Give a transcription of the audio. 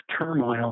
turmoil